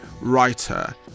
writer